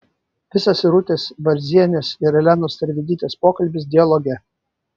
visas irutės varzienės ir elenos tervidytės pokalbis dialoge